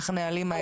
איך הנהלים האלה.